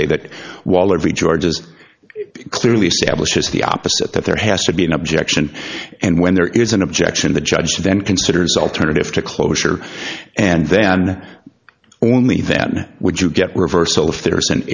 say that while every george's clearly establishes the opposite that there has to be an objection and when there is an objection the judge then considers alternative to closure and then only that would you get reversal if there is an